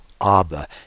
Abba